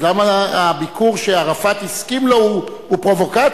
אז למה הביקור שערפאת הסכים לו הוא פרובוקציה?